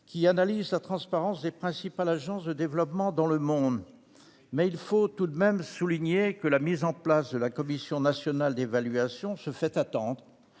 qui analyse la transparence des principales agences de développement dans le monde. En revanche, il faut tout de même souligner que la mise en place de la commission d'évaluation de l'aide